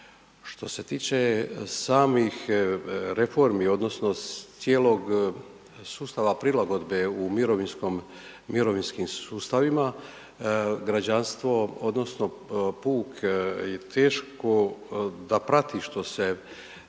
Što se tiče samih reformi odnosno cijelog sustava prilagodbe u mirovinskom, mirovinskim sustavima, građanstvo odnosno puk je teško da prati što se